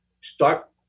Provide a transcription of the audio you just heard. start